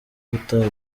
gutabwa